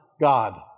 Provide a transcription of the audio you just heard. God